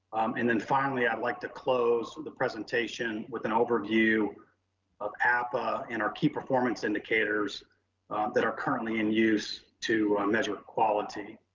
and then finally, i'd like to close the presentation with an overview of appa and our key performance indicators that are currently in use to measure quality.